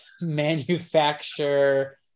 manufacture